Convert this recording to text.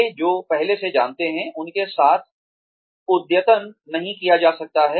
वे जो पहले से जानते हैं उनके साथ अद्यतन नहीं किया जा सकता है